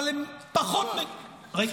אבל הם פחות --- למה?